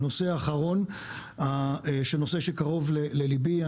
עכשיו לנושא האחרון, שהוא קרוב לליבי.